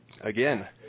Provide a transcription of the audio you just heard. again